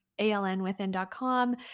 alnwithin.com